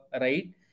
right